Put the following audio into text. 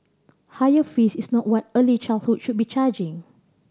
higher fees is not what early childhood should be charging